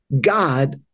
God